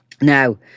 Now